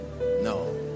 no